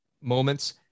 moments